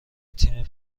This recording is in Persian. تیم